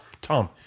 Tom